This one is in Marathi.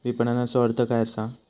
विपणनचो अर्थ काय असा?